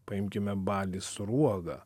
paimkime balį sruogą